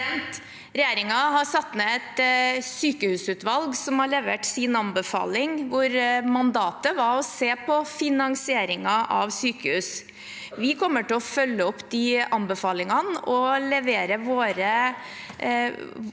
Regjeringen har satt ned et sykehusutvalg, som har levert sin anbefaling, hvor mandatet var å se på finansieringen av sykehus. Vi kommer til å følge opp de anbefalingene og levere vår